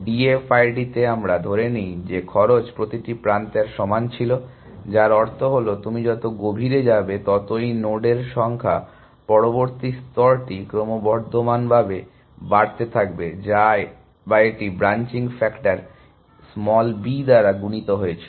DFID তে আমরা ধরে নিই যে খরচ প্রতিটি প্রান্তের সমান ছিল যার অর্থ হল তুমি যত গভীরে যাবে ততই নোডের সংখ্যা পরবর্তী স্তরটি ক্রমবর্ধমানভাবে বাড়তে থাকবে বা এটি ব্রাঞ্চিং ফ্যাক্টর b দ্বারা গুণিত হয়েছিল